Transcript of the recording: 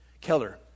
Keller